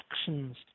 actions